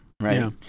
Right